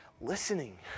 listening